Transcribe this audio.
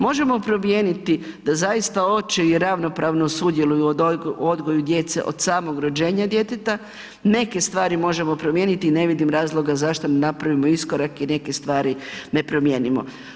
Možemo promijeniti da zaista očevi ravnopravno sudjeluju u odgoju djece od samoga rođenja djeteta, neke stvari možemo promijeniti i ne vidim razloga zašto ne napravimo iskorak i neke stvari ne promijenimo.